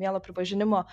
mielo pripažinimo